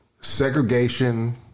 Segregation